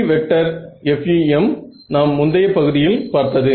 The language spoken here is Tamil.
2D வெக்டர் FEM நாம் முந்தைய பகுதியில் பார்த்தது